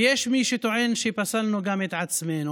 ויש מי שטוען שפסלנו גם את עצמנו.